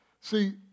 See